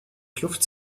kluft